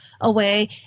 away